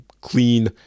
clean